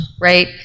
right